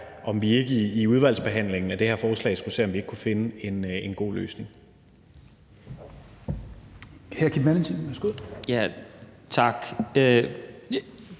om, at vi i udvalgsbehandlingen af det her forslag prøver at se, om vi ikke kan finde en god løsning.